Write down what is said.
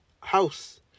house